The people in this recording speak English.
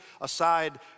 aside